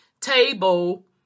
table